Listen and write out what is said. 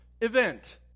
event